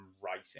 writing